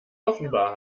offenbar